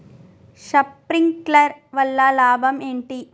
Sprinkler వల్ల లాభం ఏంటి?